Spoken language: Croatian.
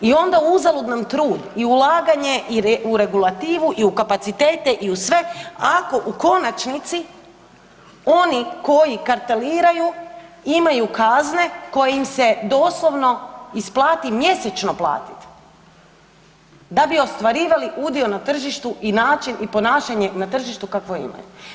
I onda uzalud nam trud i ulaganje u regulativu i u kapacitete i u sve ako u konačnici oni koji karteliraju imaju kazne koje im se doslovno isplati mjesečno platiti da bi ostvarivali udio na tržištu i način i ponašanje na tržištu kakvo imaju.